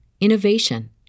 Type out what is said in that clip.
innovation